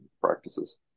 practices